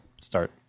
start